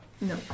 No